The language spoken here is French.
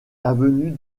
avenue